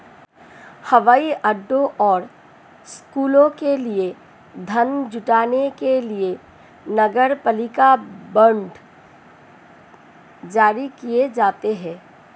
हवाई अड्डों और स्कूलों के लिए धन जुटाने के लिए नगरपालिका बांड जारी किए जाते हैं